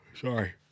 Sorry